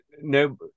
no